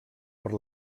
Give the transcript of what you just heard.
per